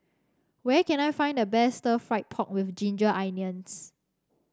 where can I find the best Stir Fried Pork with Ginger Onions